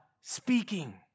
speaking